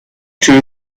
two